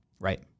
Right